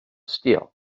steel